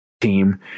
team